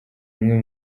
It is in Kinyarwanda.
umwe